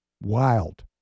wild